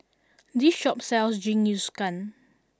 this shop sells Jingisukan